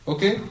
Okay